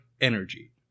energy